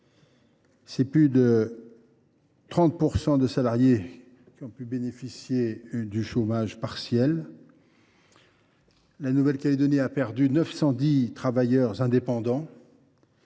et plus de 30 % des salariés ont dû bénéficier du chômage partiel. La Nouvelle Calédonie a par ailleurs perdu 910 travailleurs indépendants,